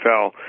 NFL